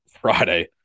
Friday